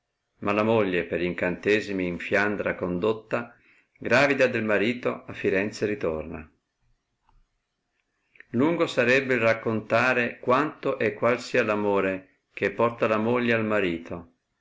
ma la moglie per incantesmi in fiandra condotta gravida del marito a firenze ritorna lungo sarebbe il raccontare quanto e qual sia r amore che porta la moglie al marito